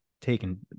taken